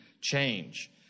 change